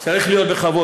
זה צריך להיות בכבוד.